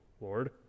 Lord